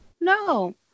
No